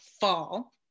fall